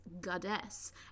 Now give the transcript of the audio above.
goddess